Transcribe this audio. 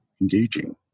engaging